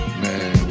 man